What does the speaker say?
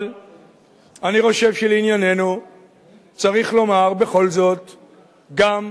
אבל אני חושב שלענייננו צריך לומר בכל זאת גם: